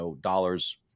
dollars